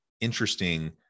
interesting